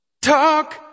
Talk